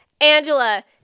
Angela